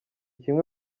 kimwe